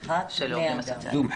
זום.